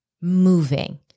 moving